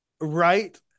right